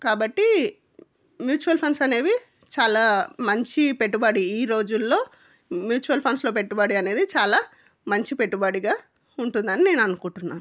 కాబట్టి mutual funds అనేవి చాలా మంచి పెట్టుబడి ఈ రోజుల్లో మ్యూచువల్ ఫండ్స్లో పెట్టుబడి అనేది చాలా మంచి పెట్టుబడిగా ఉంటుందని నేను అనుకుంటున్నాను